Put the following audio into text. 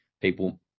people